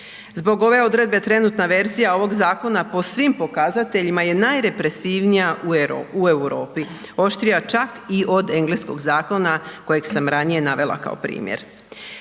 Zbog ove odredbe trenutna verzija ovog zakona po svim pokazateljima je najrepresivnija u Europi, oštrija čak i od engleskog zakona kojeg sam ranije navela kao primjer.